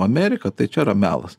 amerika tai čia yra melas